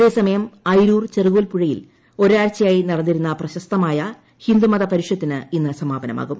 അതേസമയം അയിരൂർ ചെറുകോൽപ്പുഴയിൽ ഒരാഴ്ചയായി നടന്നിരുന്ന പ്രശസ്തമായ ഹിന്ദു മത പരിഷത്തിന് ഇന്നു സമാപനമാകും